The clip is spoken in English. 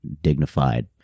dignified